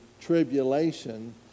tribulation